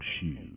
shoes